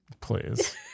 Please